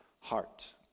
heart